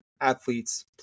athlete's